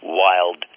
wild